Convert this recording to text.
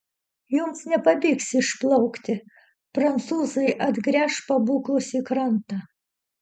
jums nepavyks išplaukti prancūzai atgręš pabūklus į krantą